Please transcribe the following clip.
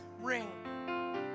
ring